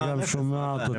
מה הבעיה?